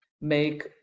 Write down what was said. make